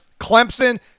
Clemson